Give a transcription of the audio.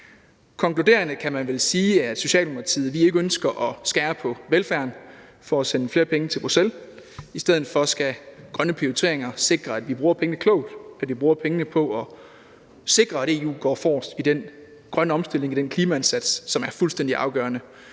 Konkluderende kan man vil sige, at Socialdemokratiet ikke ønsker at skære på velfærden for at sende flere penge til Bruxelles. I stedet for skal grønne prioriteringer sikre, at vi bruger pengene klogt, at vi bruger pengene på at sikre, at EU går forrest i den grønne omstilling, i den klimaindsats, som er fuldstændig afgørende